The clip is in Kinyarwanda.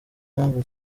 mpamvu